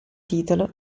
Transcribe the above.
titolo